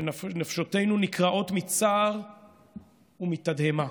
כשנפשותינו נקרעות מצער ומתדהמה.